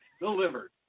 delivered